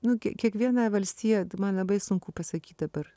nu gi kiekviena valstija man labai sunku pasakyt dabar